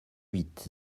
huit